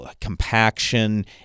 compaction